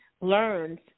learns